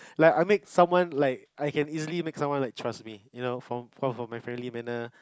like I make someone like I can easily make someone like trust me you know from from from my friendly manner